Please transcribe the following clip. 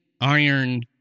iron